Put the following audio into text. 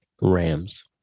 Rams